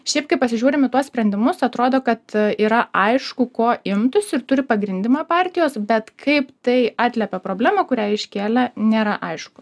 šiaip kai pasižiūrim į tuos sprendimus atrodo kad yra aišku ko imtųsi ir turi pagrindimą partijos bet kaip tai atliepia problemą kurią iškėlė nėra aišku